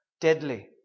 deadly